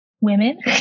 women